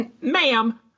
Ma'am